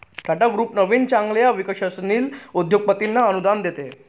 Tata group नवीन चांगल्या विकसनशील उद्योगपतींना अनुदान देते